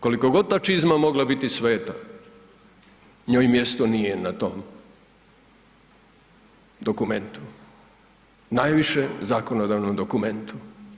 Koliko god ta čizma mogla biti sveta njoj mjesto nije na tom dokumentu, najvišem zakonodavnom dokumentu.